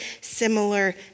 similar